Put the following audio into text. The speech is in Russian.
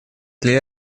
для